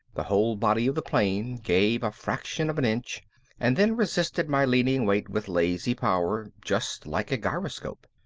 the whole body of the plane gave a fraction of an inch and then resisted my leaning weight with lazy power, just like a gyroscope.